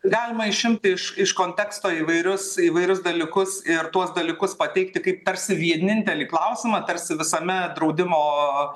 galima išimti iš iš konteksto įvairius įvairius dalykus ir tuos dalykus pateikti kaip tarsi vienintelį klausimą tarsi visame draudimo